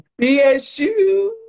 BSU